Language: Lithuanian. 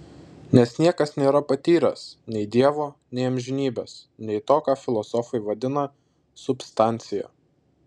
nes niekas nėra patyręs nei dievo nei amžinybės nei to ką filosofai vadina substancija